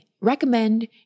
recommend